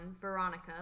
veronica